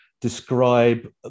describe